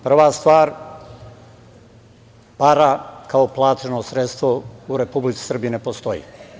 Prva stvar, para kao platežno sredstvo u Republici Srbiji ne postoji.